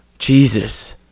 jesus